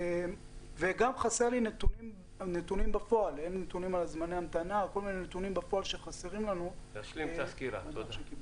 חסרים לי נתונים לגבי זמני המתנה, אשמח לקבל.